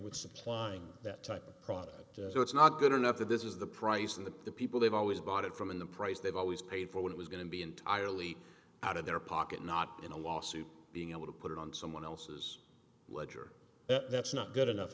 with supplying that type of product so it's not good enough that this is the price and the people they've always bought it from in the price they've always paid for when it was going to be entirely out of their pocket not in a lawsuit being able to put it on someone else's ledger that's not good enough